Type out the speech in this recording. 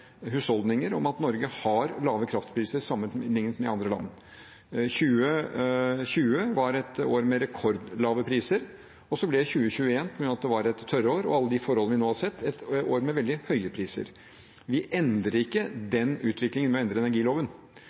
husholdninger om at Norge har lave kraftpriser sammenlignet med andre land. 2020 var et år med rekordlave priser, og så ble 2021, på grunn av at det var et tørrår og alle de forholdene vi nå har sett, et år med veldig høye priser. Vi endrer ikke den utviklingen ved å endre energiloven.